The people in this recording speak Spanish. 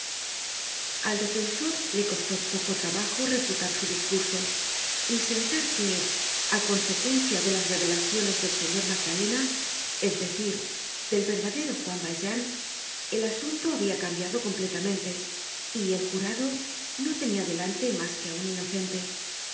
al defensor le costó poco trabajo refutar su discurso y sentar que á consecuencia de las revelaciones del señor magdalena es decir del verdadero juan valjean el asunto habia cambiado completamente y el jurado no tenia delante mas que á un inocente